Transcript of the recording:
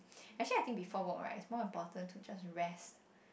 actually I think before work right is more important to just rest